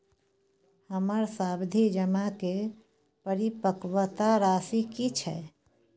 हमर सावधि जमा के परिपक्वता राशि की छै?